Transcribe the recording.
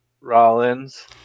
Rollins